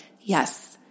Yes